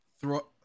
throw